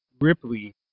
Ripley